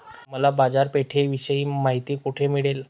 मला बाजारपेठेविषयी माहिती कोठे मिळेल?